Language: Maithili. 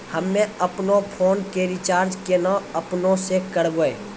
हम्मे आपनौ फोन के रीचार्ज केना आपनौ से करवै?